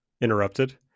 interrupted